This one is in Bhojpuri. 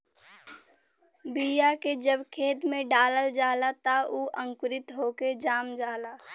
बीया के जब खेत में डालल जाला त उ अंकुरित होके जाम जाला